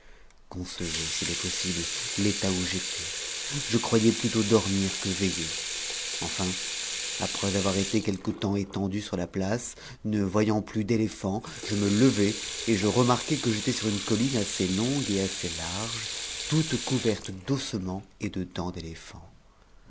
concevez s'il est possible l'état où j'étais je croyais plutôt dormir que veitter enfin après avoir été quelque temps étendu sur la place ne voyant plus d'ë phants je me levai et remarquai que j'étais sur une colline assez longue et assez large toute couverte d'ossements et de dents d'étéphants